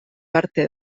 parte